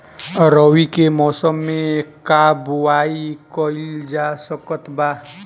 रवि के मौसम में का बोआई कईल जा सकत बा?